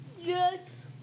Yes